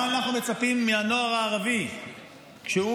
מה אנחנו מצפים מהנוער הערבי כשהוא